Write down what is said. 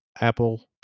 apple